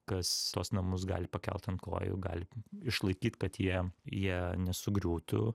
kas tuos namus gali pakelt ant kojų gali išlaikyt kad jie jie nesugriūtų